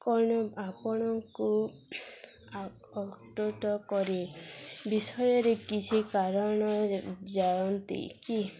କ'ଣ ଆପଣଙ୍କୁ ଆ ଅ ଅତୁଟ କରି ବିଷୟରେ କିଛି କାରଣ ଯାଣନ୍ତି କି